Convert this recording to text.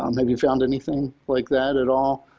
um have you found anything like that at all?